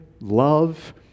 love